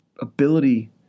ability